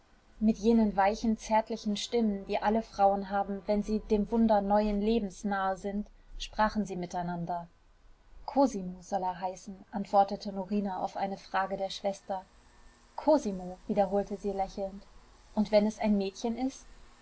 mit jenen weichen zärtlichen stimmen die alle frauen haben wenn sie dem wunder neuen lebens nahe sind sprachen sie miteinander cosimo soll er heißen antwortete norina auf eine frage der schwester cosimo wiederholte sie lächelnd und wenn es ein mädchen ist